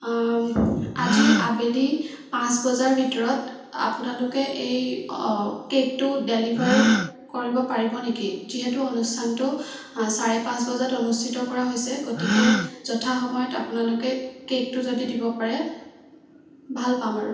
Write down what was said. আজি আবেলি পাঁচ বজাৰ ভিতৰত আপোনালোকে এই কে'কটো ডেলিভাৰ কৰিব পাৰিব নেকি যিহেতু অনুষ্ঠানটো চাৰে পাঁচ বজাত অনুষ্ঠিত কৰা হৈছে গতিকে যথা সময়ত আপোনালোকে কে'কটো যদি দিব পাৰে ভাল পাম আৰু